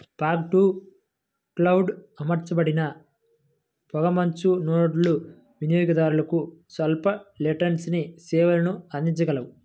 fog to cloud అమర్చబడిన పొగమంచు నోడ్లు వినియోగదారులకు స్వల్ప లేటెన్సీ సేవలను అందించగలవు